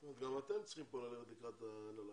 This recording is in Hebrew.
זאת אומרת, גם אתם צריכים פה ללכת לקראת ההנהלה,